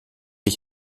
ich